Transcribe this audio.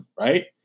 Right